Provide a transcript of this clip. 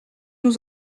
nous